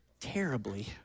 terribly